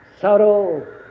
Sorrow